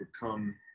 become